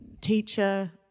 teacher